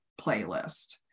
playlist